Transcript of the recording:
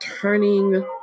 turning